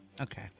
Okay